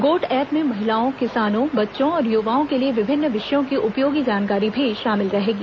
गोठ एप्प में महिलाओं किसानों बच्चों और युवाओं के लिए विभिन्न विषयों की उपयोगी जानकारी भी शामिल रहेगी